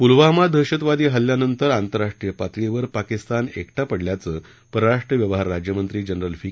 पुलवामा दहशतवादी हल्ल्यानंतर आंतरराष्ट्रीय पातळीवर पाकिस्तान एकटं पडल्याचं परराष्ट्र व्यवहार राज्यमंत्री जनरल व्ही